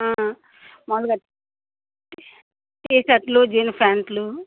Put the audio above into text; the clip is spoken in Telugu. మామూలుగా టీషర్ట్లు జీన్స్ ప్యాంట్లు